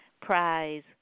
Prize